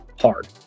hard